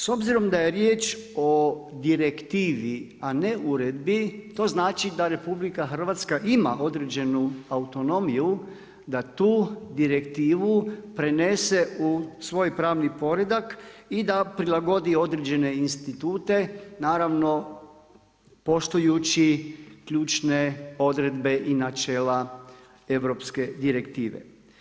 S obzirom da je riječ o Direktivi a ne uredbi to znači da RH ima određenu autonomiju da tu direktivu prenese u svoj pravni poredak i da prilagodi određene institute, naravno poštujući ključne odredbe i načela europske direktive.